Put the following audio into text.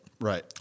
Right